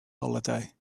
holiday